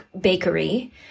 bakery